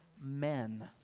men